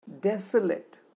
desolate